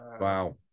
Wow